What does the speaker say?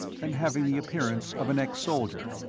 and having the appearance of an ex-soldier.